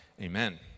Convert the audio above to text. amen